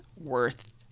worth